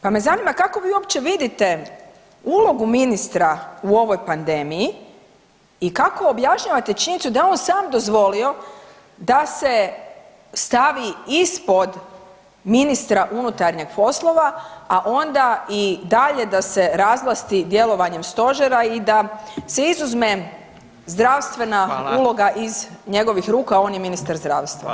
Pa me zanima kako vi uopće vidite ulogu ministra u ovoj pandemiji i kako objašnjavate činjenicu da je on sam dozvolio da se stavi ispod ministra unutarnjih poslova, onda i dalje da se razvlasti djelovanjem Stožera i da se izuzme zdravstvena uloga iz njegovih ruku, a on je ministar zdravstva.